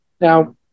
Now